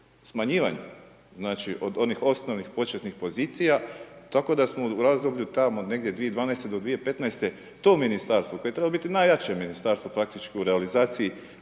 smanjivanju znači od onih osnovnih početnih pozicija tako da smo u razdoblju tamo negdje 2012. do 2015. to ministarstvo koje je trebalo biti najjače ministarstvo praktički u realizaciji